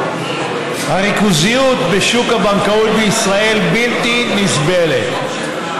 הריכוזיות בשוק הבנקאות בישראל בלתי נסבלת.